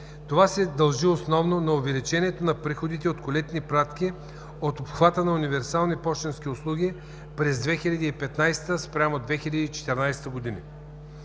Това се дължи основно на увеличението на приходите от колетни пратки от обхвата на универсални пощенски услуги през 2015 спрямо 2014 г.